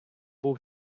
був